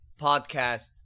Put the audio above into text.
podcast